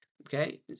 Okay